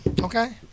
Okay